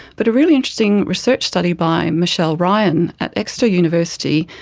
but a really interesting research study by michelle ryan at exeter university,